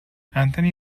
anthony